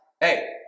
hey